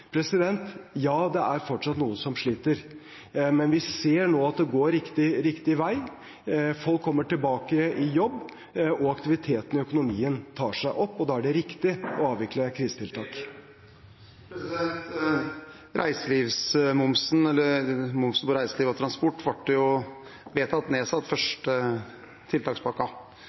Ja, det er fortsatt noen som sliter, men vi ser nå at det går riktig vei. Folk kommer tilbake i jobb, og aktiviteten i økonomien tar seg opp. Da er det riktig å avvikle krisetiltak. Momsen på reiseliv og transport ble vedtatt nedsatt i den første